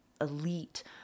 elite